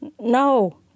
No